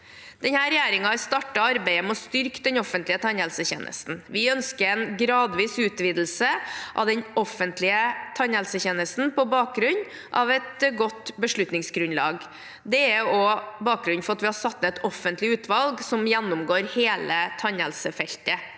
regjeringen har startet arbeidet med å styrke den offentlige tannhelsetjenesten. Vi ønsker en gradvis utvidelse av den offentlige tannhelsetjenesten på bakgrunn av et godt beslutningsgrunnlag. Det er også bakgrunnen for at vi har satt ned et offentlig utvalg som skal gjennomgå tannhelsefeltet.